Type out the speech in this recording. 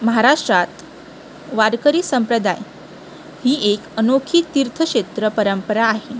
महाराष्ट्रात वारकरी संप्रदाय ही एक अनोखी तीर्थक्षेत्र परंपरा आहे